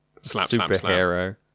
superhero